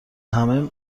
همه